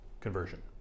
Conversion